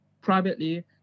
privately